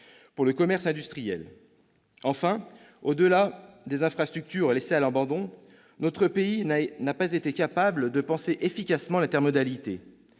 pour le commerce industriel. Enfin, au-delà des infrastructures laissées à l'abandon, notre pays n'a pas été capable de penser efficacement l'intermodalité.